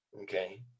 okay